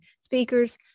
speakers